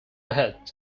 ahead